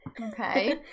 okay